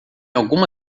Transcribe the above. alguma